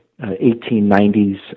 1890s